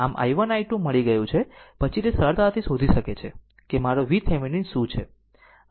આમ i1 i2 મળી ગયું છે પછી તે સરળતાથી શોધી શકે છે કે મારો VThevenin શું છે